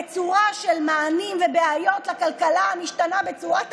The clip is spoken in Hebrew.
בצורה של מענים לבעיות כלכליות המשתנות בגלל הקורונה.